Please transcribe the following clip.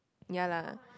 ya lah